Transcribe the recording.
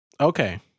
Okay